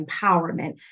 empowerment